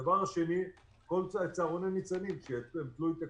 הדבר השני, כל צהרוני ניצנים שהם תלויי תקציב.